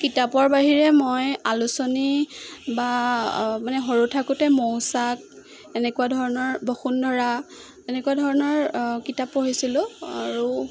কিতাপৰ বাহিৰে মই আলোচনী বা মানে সৰু থাকোঁতে মৌচাক এনেকুৱা ধৰণৰ বসুন্ধৰা এনেকুৱা ধৰণৰ কিতাপ পঢ়িছিলোঁ আৰু